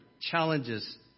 challenges